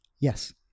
Yes